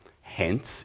Hence